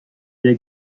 der